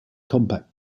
compact